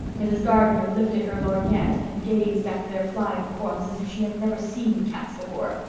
mrs. gardner lifted her lorgnette and gazed after their flying forms as if she had never seen cats before,